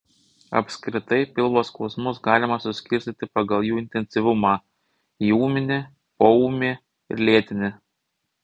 apskritai pilvo skausmus galima suskirstyti pagal jų intensyvumą į ūminį poūmį ir lėtinį